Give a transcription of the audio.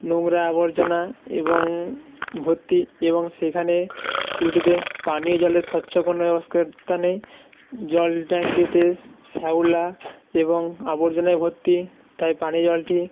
নোংরা আবর্জনা এবং ভর্তি এবং সেখানে স্কুলটিতে পানীয় জলের স্বচ্ছ কোনো ব্যবস্থা নেই জল ট্যাংকিতে শ্যাওলা এবং আবর্জনায় ভর্তি তাই পানীয় জলটি